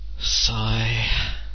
Sigh